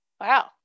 Wow